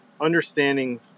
understanding